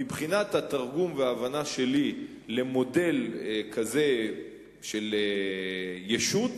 מבחינת התרגום וההבנה שלי למודל כזה של ישות,